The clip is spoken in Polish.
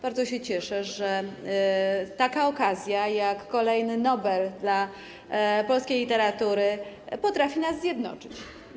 Bardzo się cieszę, że taka okazja jak kolejny Nobel dla polskiej literatury potrafi nas zjednoczyć.